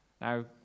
Now